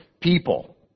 people